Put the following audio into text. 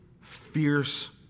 fierce